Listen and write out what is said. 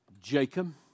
Jacob